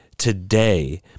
Today